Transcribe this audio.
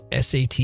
SAT